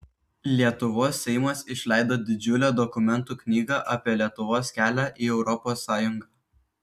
lietuvos seimas išleido didžiulę dokumentų knygą apie lietuvos kelią į europos sąjungą